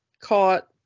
caught